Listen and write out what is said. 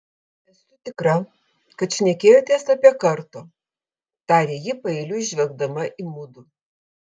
esu tikra kad šnekėjotės apie karto tarė ji paeiliui žvelgdama į mudu